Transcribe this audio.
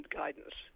guidance